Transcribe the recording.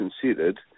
considered